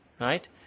right